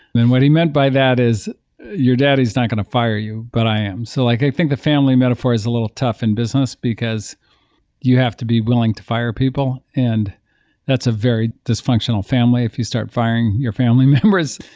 and what he meant by that is your daddy's not going to fire you, but i am. so like i think the family metaphor is a little tough in business, because you have to be willing to fire people and that's a very dysfunctional family if you start firing your family members.